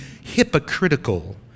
hypocritical